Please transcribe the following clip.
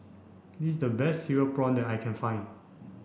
this is the best Cereal Prawn that I can find